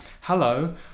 Hello